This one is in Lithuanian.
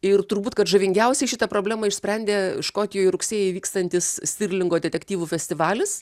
ir turbūt kad žavingiausiai šitą problemą išsprendė škotijoj rugsėjį vykstantis stirlingo detektyvų festivalis